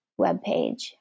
webpage